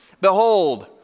Behold